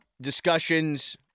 discussions